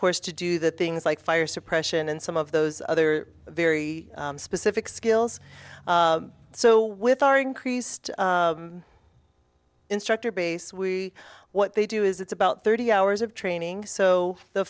course to do the things like fire suppression and some of those other very specific skills so with our increased instructor base we what they do is it's about thirty hours of training so the